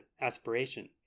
aspiration